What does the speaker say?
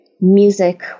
music